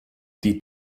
die